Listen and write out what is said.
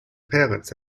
parents